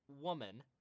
woman